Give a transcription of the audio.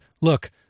look